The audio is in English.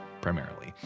primarily